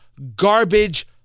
garbage